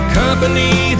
company